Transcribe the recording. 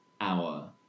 hour